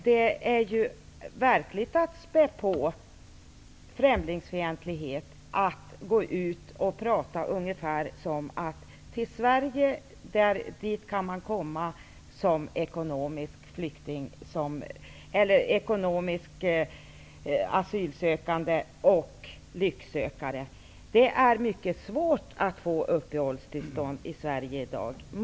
Det är ju verkligen att spä på främlingsfientlighet om man går ut och pratar ungefär som om ekonomiska asylsökande och lycksökare kunde komma till Sverige. Det är faktiskt mycket svårt att få uppehållstillstånd i Sverige i dag.